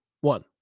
one